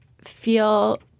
feel